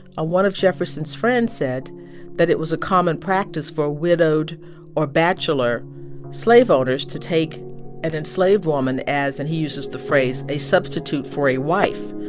one of jefferson's friends said that it was a common practice for widowed or bachelor slave owners to take an enslaved woman as and he uses the phrase a substitute for a wife.